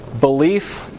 Belief